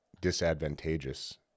disadvantageous